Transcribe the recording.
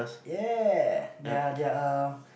yeah they're they're uh